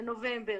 בנובמבר?